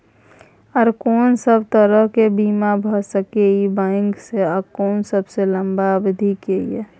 आर कोन सब तरह के बीमा भ सके इ बैंक स आ कोन सबसे लंबा अवधि के ये?